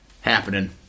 happening